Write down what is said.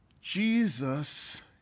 Jesus